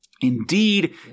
Indeed